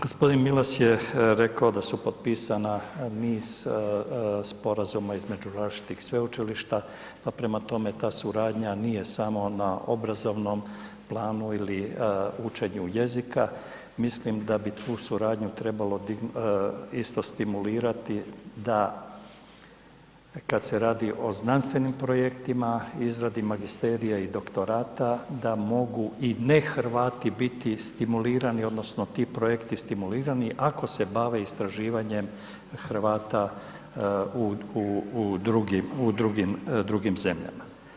G. Milas je rekao da su potpisana niz sporazuma između različitih sveučilišta pa prema tome ta suradnja nije samo na obrazovnom planu ili učenju jezika, mislim da bi tu suradnju trebalo isto stimulirati da kad se radi o znanstvenim projektima, izradi magisterija i doktorata, da mogu i nehrvati biti stimulirani odnosno ti projekti stimulirani, ako se bave istraživanjem Hrvata u drugim zemljama.